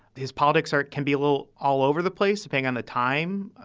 his politics are can be a little all over the place sipping on the time.